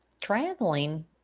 traveling